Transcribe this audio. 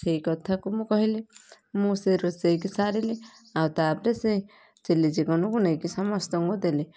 ସେଇ କଥାକୁ ମୁଁ କହିଲି ମୁଁ ସେଇ ରୋଷେଇକୁ ସାରିଲି ଆଉ ତାପରେ ସେ ଚିଲି ଚିକେନକୁ ନେଇକି ସମସ୍ତଙ୍କୁ ଦେଲି